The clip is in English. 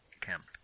camp